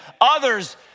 Others